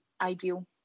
ideal